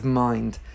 mind